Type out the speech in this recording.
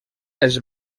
els